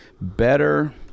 better